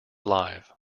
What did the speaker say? live